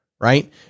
right